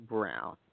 Brown